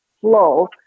flow